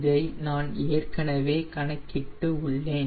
இதை நான் ஏற்கனவே கணக்கிட்டு உள்ளேன்